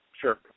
Sure